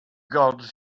gods